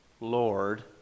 Lord